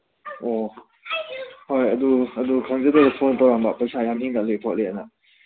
ꯑꯣ ꯍꯣꯏ ꯑꯗꯨ ꯑꯗꯨ ꯈꯪꯖꯗꯅ ꯐꯣꯟ ꯇꯧꯔꯛꯑꯝꯕ ꯄꯩꯁꯥ ꯌꯥꯝ ꯍꯦꯟꯒꯠꯂꯤ ꯈꯣꯠꯂꯤꯅ